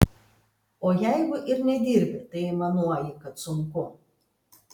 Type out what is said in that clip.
o jeigu ir nedirbi tai aimanuoji kad sunku